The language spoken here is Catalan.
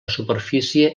superfície